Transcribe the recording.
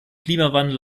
klimawandel